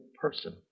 person